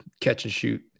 catch-and-shoot